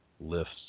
lifts